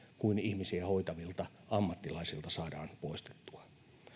kuin ihmisiä hoitavilta ammattilaisilta saadaan poistettua